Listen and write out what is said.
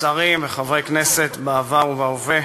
שרים וחברי כנסת בעבר ובהווה,